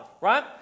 right